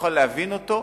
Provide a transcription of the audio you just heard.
יוכל להבין אותו,